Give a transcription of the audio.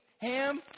Ham